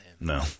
No